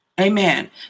Amen